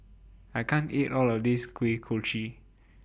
I can't eat All of This Kuih Kochi